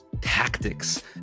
tactics